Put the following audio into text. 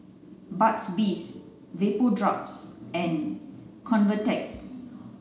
Burt's Bees Vapodrops and Convatec